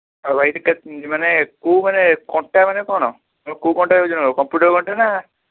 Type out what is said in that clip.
ହଉ ଭାଇ ଏଇଠି କେ ମାନେ କେଉଁ ମାନେ କଣ୍ଟା ମାନେ କ'ଣ ତୁମର କେଉଁ କଣ୍ଟାରେ ଓଜନ ହେବ କମ୍ପ୍ୟୁଟର୍ କଣ୍ଟାରେ ନା